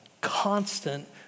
constant